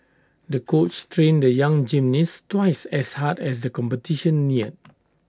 the coach trained the young gymnast twice as hard as the competition neared